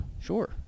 sure